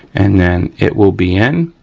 and then it will be in.